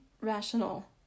rational